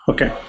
Okay